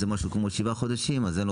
זה משהו כמו שבעה חודשים,